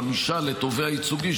יש גם הגבלה של חמישה לתובע ייצוגי,